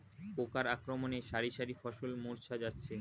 পোকার আক্রমণে শারি শারি ফসল মূর্ছা যাচ্ছে